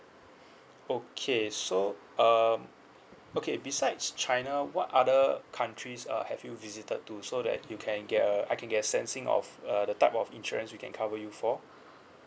okay so um okay besides china what other countries uh have you visited to so that you can get a I can have a sensing of uh the type of insurance I can cover you for